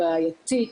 בעייתית.